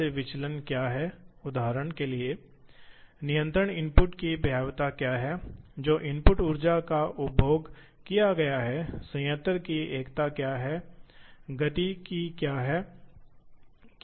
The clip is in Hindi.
फिर यदि आप अपनी उंगलियों को इसके चारों ओर घुमाते हैं तो सकारात्मक दिशा यह दिशा सकारात्मक है जहां अंगूठे सकारात्मक Z अक्ष की ओर इंगित करेंगे इसलिए ये उसी के अनुसार दिए गए हैं इसलिए ये सकारात्मक घुमाव होंगे और ये सकारात्मक अनुवाद होंगे